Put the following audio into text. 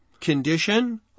condition